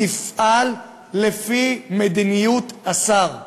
תפעל לפי מדיניות השר.